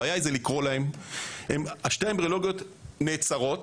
הבעיה היא לקרוא להם, שתי האמבריולוגיות נעצרות